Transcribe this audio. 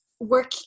work